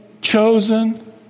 chosen